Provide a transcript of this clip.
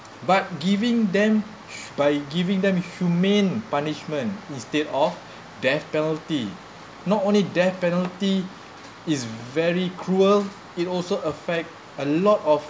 but giving them sh~ by giving them humane punishment instead of death penalty not only death penalty is very cruel it also affect a lot of